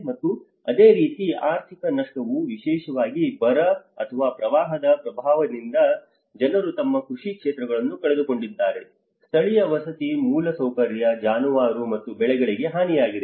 ಮತ್ತು ಅದೇ ರೀತಿ ಆರ್ಥಿಕ ನಷ್ಟವು ವಿಶೇಷವಾಗಿ ಬರ ಅಥವಾ ಪ್ರವಾಹದ ಪ್ರಭಾವದಿಂದ ಜನರು ತಮ್ಮ ಕೃಷಿ ಕ್ಷೇತ್ರಗಳನ್ನು ಕಳೆದುಕೊಂಡಿದ್ದಾರೆ ಸ್ಥಳೀಯ ವಸತಿ ಮೂಲಸೌಕರ್ಯ ಜಾನುವಾರು ಮತ್ತು ಬೆಳೆಗಳಿಗೆ ಹಾನಿಯಾಗಿದೆ